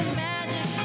magic